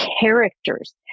characters